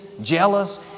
jealous